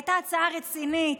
הייתה הצעה רצינית.